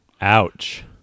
Ouch